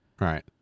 Right